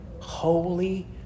Holy